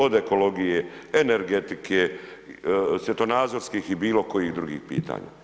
Od ekologije, energetike, svjetonazorskih i bilo kojih drugih pitanja.